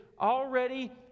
already